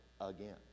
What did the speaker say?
again